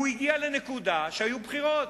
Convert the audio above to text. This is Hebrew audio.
הוא הגיע לנקודה שהיו בחירות,